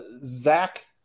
Zach